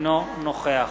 בעד